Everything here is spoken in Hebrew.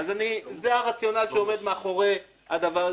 אז זה הרציונל שעומד מאחורי הדבר הזה.